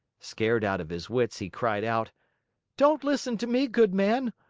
scared out of his wits, he cried out don't listen to me, good man!